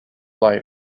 light